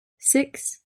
six